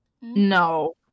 No